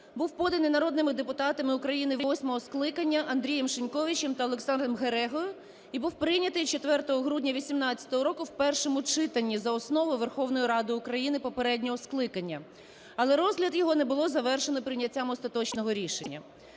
був поданий народними депутатами України восьмого скликання Андрієм Шиньковичем та Олександром Герегою і був прийнятий 4 грудня 18-го року в першому читанні за основу Верховною Радою України попереднього скликання. Але розгляд його не було завершено прийняттям остаточного рішення.